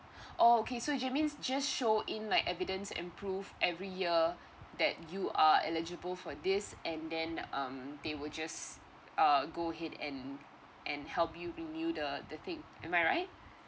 oh okay so you mean just show in like evidence and proof every year that you are eligible for this and then um they will just uh go ahead and and help you renew the the thing am I right